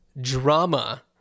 drama